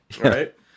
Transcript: Right